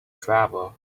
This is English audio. travel